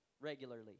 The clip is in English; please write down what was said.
regularly